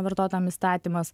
vartotojam įstatymas